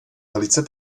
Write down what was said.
velice